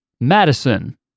Madison